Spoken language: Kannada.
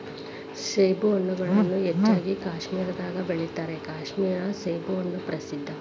ಸೇಬುಹಣ್ಣುಗಳನ್ನಾ ಹೆಚ್ಚಾಗಿ ಕಾಶ್ಮೇರದಾಗ ಬೆಳಿತಾರ ಕಾಶ್ಮೇರ ಸೇಬುಹಣ್ಣು ಪ್ರಸಿದ್ಧ